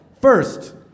first